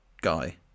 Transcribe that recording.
guy